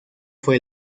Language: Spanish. fue